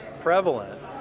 prevalent